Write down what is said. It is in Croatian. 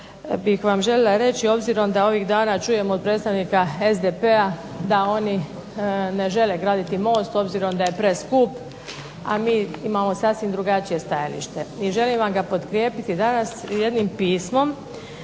bih vam željela reći obzirom da ovih dana čujem od predstavnika SDP-a da oni ne žele graditi most obzirom da je preskup, a mi imamo sasvim drugačije stajalište, i želim vam ga potkrijepiti danas jednim pismom